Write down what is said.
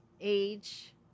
age